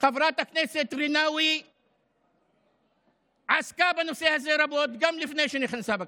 חברת הכנסת רינאוי עסקה בנושא הזה רבות גם לפני שנכנסה לכנסת,